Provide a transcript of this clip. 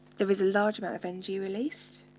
there is a large amount of energy released,